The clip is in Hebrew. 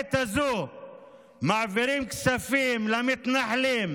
שבעת הזו מעבירים כספים למתנחלים,